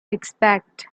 expect